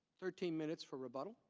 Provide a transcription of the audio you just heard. thirteen minutes for a bottle,